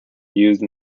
used